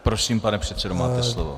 Prosím, pane předsedo, máte slovo.